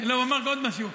הוא אמר עוד משהו: